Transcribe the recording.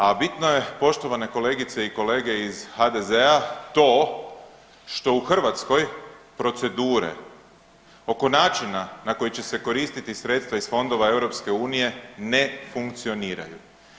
A bitno je poštovane kolegice i kolege iz HDZ-a to što u Hrvatskoj procedure oko načina na koji će se koristiti sredstva iz fondova EU ne funkcioniraju.